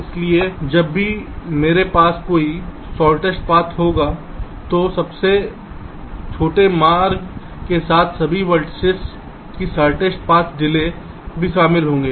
इसलिए जब भी मेरे पास सबसे छोटा रास्ता होता है तो सबसे छोटे मार्ग के साथ सभी वर्टिसिस भी शॉर्टेस्ट पाथ डिले में शामिल होंगे